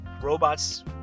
robots